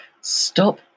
stop